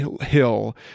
hill